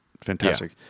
fantastic